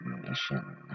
mission